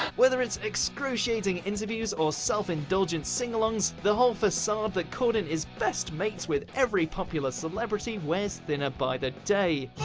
whether it's excruciating interviews or self-indulgent singalongs, the whole facade that corden is best mates with every popular celebrity wears thinner by the day.